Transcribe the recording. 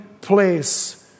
place